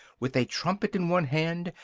with a trumpet in one hand,